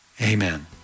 Amen